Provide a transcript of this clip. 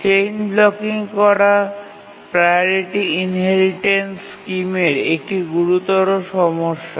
chain blocking করা priority inheritance স্কিমের একটি গুরুতর সমস্যা